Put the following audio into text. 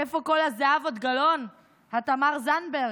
איפה כל הזהבות-גלאון, התמר-זנדברג?